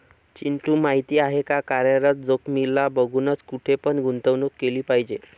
चिंटू माहिती आहे का? कार्यरत जोखीमीला बघूनच, कुठे पण गुंतवणूक केली पाहिजे